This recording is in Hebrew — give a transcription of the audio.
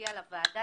שמגיע לוועדה.